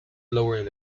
lowering